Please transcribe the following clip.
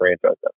franchise